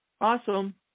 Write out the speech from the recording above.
Awesome